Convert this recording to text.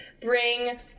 bring